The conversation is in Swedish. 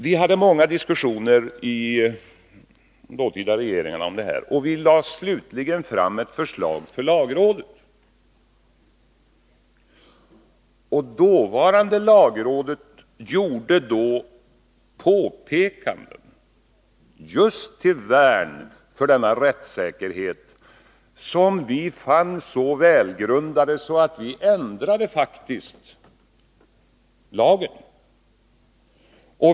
Vi hade i de dåtida regeringarna många diskussioner om generalklausulen, och vi lade slutligen fram ett förslag för lagrådet. Det dåvarande lagrådet gjorde påpekanden just till värn för rättssäkerheten som vi fann så välgrundade att vi faktiskt ändrade lagförslaget.